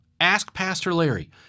askpastorlarry